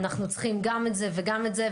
אנחנו צריכים גם את זה וגם את זה,